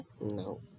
No